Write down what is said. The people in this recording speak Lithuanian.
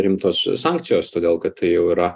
rimtos sankcijos todėl kad tai jau yra